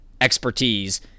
expertise